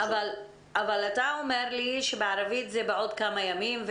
אתה אומר לי שבערבית זה בעוד כמה ימים,